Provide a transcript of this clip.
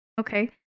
Okay